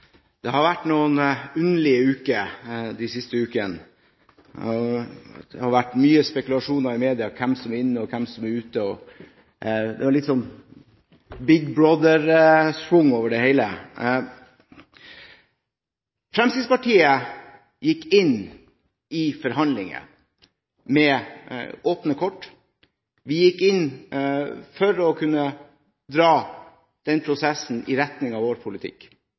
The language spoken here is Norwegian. ukene har vært noen underlige uker. Det har vært mye spekulasjoner i media om hvem som er inne, og hvem som er ute. Det er litt «Big Brother-schwung» over det hele. Fremskrittspartiet gikk inn i forhandlingene med åpne kort. Vi gikk inn for å dra prosessen i retning av vår politikk.